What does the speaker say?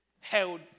held